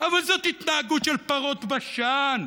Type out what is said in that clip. אבל זאת התנהגות של פרות בשן.